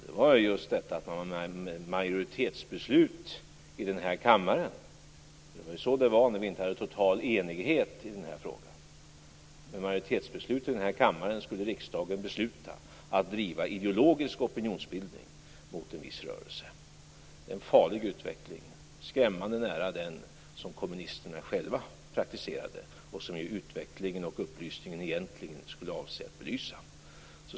Det är just detta att genom majoritetsbeslut här i kammaren - det var så det var när vi inte hade total enighet i den här frågan - skulle riksdagen besluta att driva ideologisk opinionsbildning mot en viss rörelse. Det är en farlig utveckling, skrämmande nära den som kommunisterna själva praktiserade, och som ju upplysningen egentligen skulle avse att belysa.